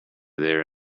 there